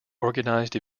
organized